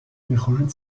میخواهند